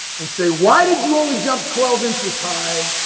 and say why did you only jump twelve inches high,